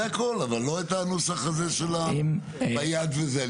זה הכל, אבל לא את הנוסח הזה שביד וזה.